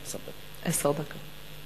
עשר דקות.